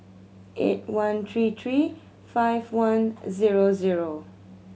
eight one three three five one zero zero